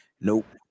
nope